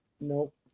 Nope